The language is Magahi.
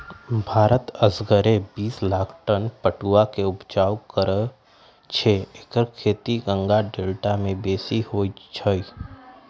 भारत असगरे बिस लाख टन पटुआ के ऊपजा करै छै एकर खेती गंगा डेल्टा में बेशी होइ छइ